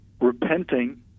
repenting